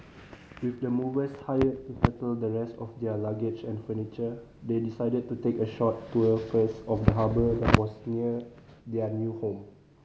with the movers hired to settle the rest of their luggage and furniture they decided to take a short tour first of the harbour that was near their new home